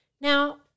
Now